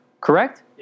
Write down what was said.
Correct